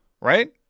right